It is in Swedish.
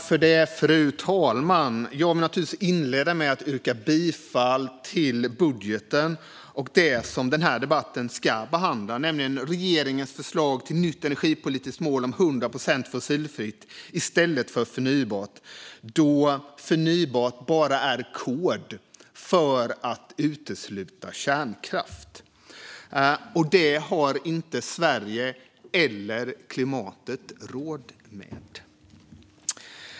Fru talman! Jag vill inleda med att yrka bifall till budgeten och till det som denna debatt ska behandla, nämligen regeringens förslag till nytt energipolitiskt mål om 100 procent fossilfritt i stället för förnybart, då förnybart bara är en kod för att utesluta kärnkraft, och det har inte Sverige eller klimatet råd med.